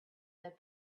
that